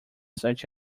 such